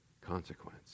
consequence